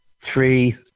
three